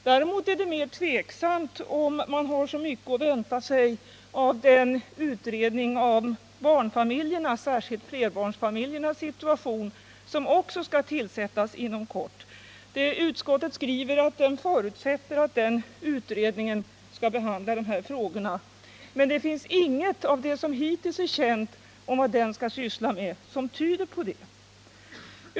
Däremot är det tveksamt om man har så mycket att vänta sig av den utredning om barnfamiljernas, särskilt flerbarnsfamiljernas, situation som också skall tillsättas inom kort. Utskottet skriver att man förutsätter att den utredningen skall behandla dessa frågor, men ingenting av det som hittills är känt beträffande vad utredningen skall syssla med tyder på detta.